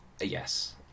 Yes